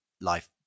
life